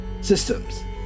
Systems